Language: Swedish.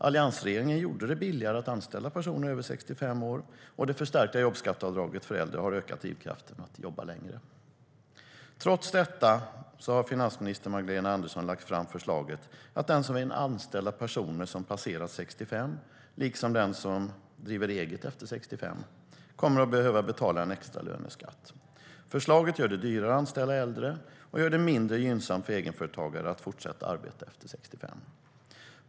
Alliansregeringen gjorde det billigare att anställa personer över 65 år, och det förstärkta jobbskatteavdraget för äldre har ökat drivkraften för äldre att jobba längre. Trots detta har finansminister Magdalena Andersson lagt fram förslaget att den som vill anställa personer som har passerat 65 år, liksom den som driver eget efter 65 års ålder, kommer att behöva betala en extra löneskatt. Förslaget gör det dyrare att anställa äldre samtidigt som det blir mindre gynnsamt för egenföretagare att fortsätta att arbeta efter 65 år.